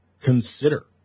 consider